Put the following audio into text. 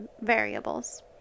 variables